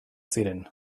ziren